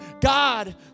God